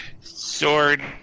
Sword